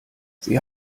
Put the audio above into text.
sie